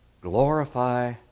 Glorify